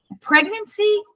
Pregnancy